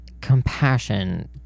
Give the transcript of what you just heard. compassion